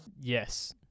Yes